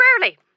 Rarely